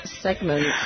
segment